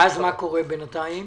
ומה קורה בינתיים?